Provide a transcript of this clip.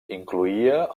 incloïa